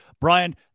Brian